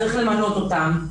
צריך למנות אותם,